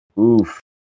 Oof